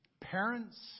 parents